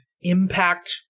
impact